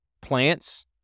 plants